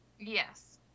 Yes